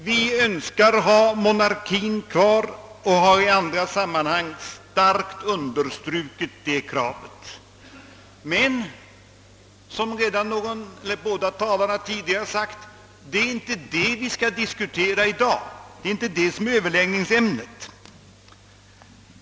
Vi önskar ha monarkien kvar och har i andra sammanhang starkt understrukit det kravet men — som de båda föregående talarna redan sagt — det är inte det som vi skall diskutera i dag. Det är inte det som är överläggningsämnet.